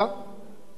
כמו שאמר היושב-ראש,